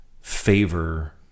favor